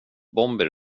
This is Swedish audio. bomber